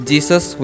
Jesus